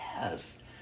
Yes